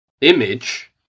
image